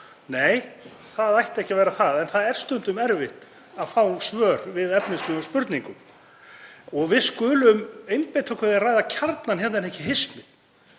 Nei, það ætti ekki að vera það. En það er stundum erfitt að fá svör við efnislegum spurningum. Við skulum einbeita okkur að því að ræða kjarnann hérna en ekki hismið.